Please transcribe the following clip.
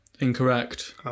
Incorrect